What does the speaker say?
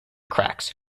cracks